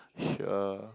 sure